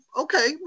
Okay